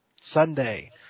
Sunday